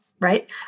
right